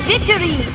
Victory